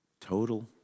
Total